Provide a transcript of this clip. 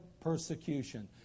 persecution